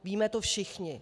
Víme to všichni.